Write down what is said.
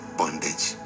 bondage